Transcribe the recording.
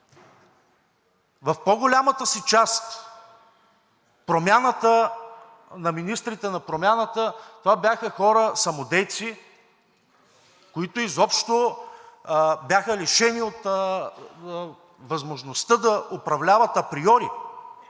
В по-голямата си част министрите на „Промяната“ – това бяха хора самодейци, които изобщо бяха лишени от възможността да управляват априори,